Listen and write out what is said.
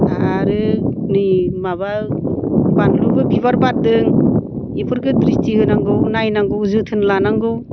आरो नै माबा बानलुबो बिबार बारदों बेफोरखौ दिसट्रि होनांगौ नायनांगौ जोथोन लानांगौ